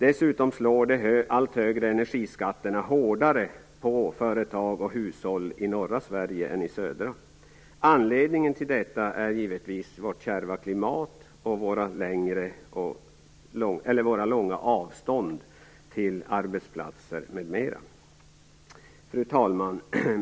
Dessutom slår de allt högre energiskatterna hårdare på företag och hushåll i norra Sverige än i södra Sverige. Anledningen till detta är givetvis vårt kärva klimat och våra långa avstånd till arbetsplatser, m.m. Fru talman!